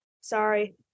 Sorry